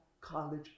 college